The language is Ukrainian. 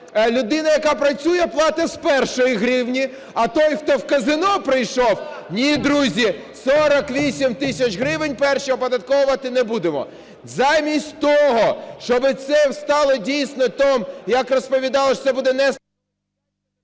людина, яка працює, платить з першої гривні, а той, хто в казино прийшов – ні, друзі, 48 тисяч гривень перші оподатковувати не будемо. Замість того, щоб це стало дійсно тим, як розповідали, що це буде…